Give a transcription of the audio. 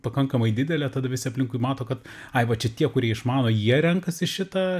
pakankamai didelė tada visi aplinkui mato kad ai va čia tie kurie išmano jie renkasi šitą